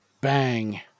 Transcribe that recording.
Bang